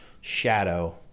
shadow